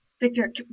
Victor